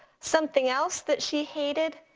something else that she hated,